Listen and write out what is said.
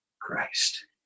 Christ